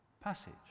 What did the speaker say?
passage